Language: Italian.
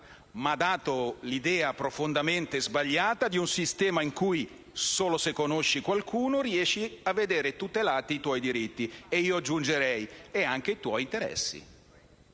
ha dato l'idea profondamente sbagliata di un sistema in cui solo se conosci qualcuno riesci a vedere tutelati i tuoi diritti». E io aggiungerei: anche i tuoi interessi.